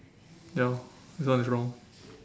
ya this one is wrong